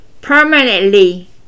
permanently